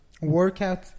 workout